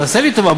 תעשה לי טובה.